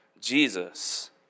Jesus